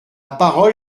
parole